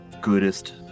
goodest